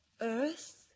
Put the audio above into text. Earth